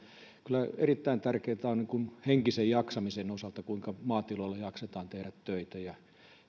kyllä erittäin tärkeätä on henkisen jaksamisen osalta kuinka maatiloilla jaksetaan tehdä töitä